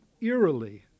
eerily